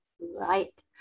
Right